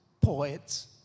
poets